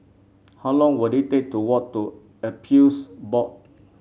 how long will it take to walk to Appeals Board